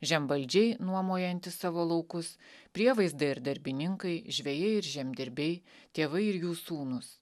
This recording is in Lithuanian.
žemvaldžiai nuomojantys savo laukus prievaizdai ir darbininkai žvejai ir žemdirbiai tėvai ir jų sūnūs